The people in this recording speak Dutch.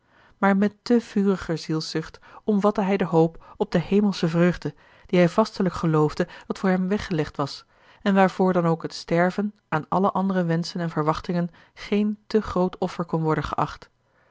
maar met te vuriger zielszucht omvatte hij de hoop op de hemelsche vreugde die hij vastelijk geloofde dat voor hem weggelegd was en waarvoor dan ook het sterven aan alle andere wenschen en verwachtingen geen te groot offer kon worden geacht